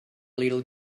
little